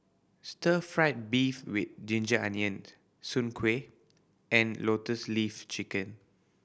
stir fried beef with ginger onion soon kway and Lotus Leaf Chicken